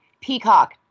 Peacock